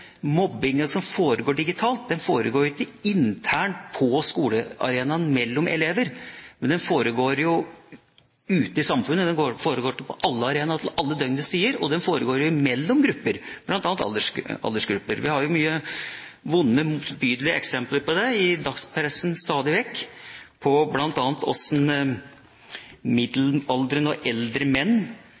som foregår digitalt, ikke foregår internt på skolearenaen, mellom elever. Den foregår ute i samfunnet, den foregår på alle arenaer til alle døgnets timer, og den foregår mellom grupper, bl.a. mellom aldergrupper. Vi har stadig vekk mange vonde og motbydelige eksempler i dagspressen på hvordan middelaldrende og eldre menn